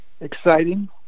exciting